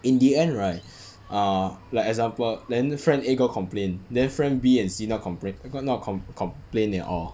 in the end right uh like example then friend A got complained then friend B and C not compra~ not com~ complained at all